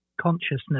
consciousness